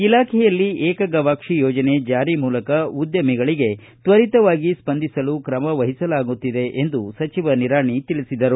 ಇಲಾಖೆಯಲ್ಲಿ ಏಕಗವಾಕ್ಷಿ ಯೋಜನೆ ಜಾರಿ ಮೂಲಕ ಉಧ್ಯಮಿಗಳಿಗೆ ತ್ವರೀತವಾಗಿ ಸ್ವಂದಿಸಲು ಕ್ರಮವಹಿಸಲಾಗುತ್ತಿದೆ ಎಂದು ಸಚಿವ ನಿರಾಣಿ ತಿಳಿಸಿದರು